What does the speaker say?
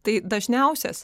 tai dažniausias